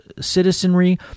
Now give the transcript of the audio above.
citizenry